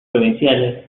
provinciales